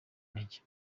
intege